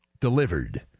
delivered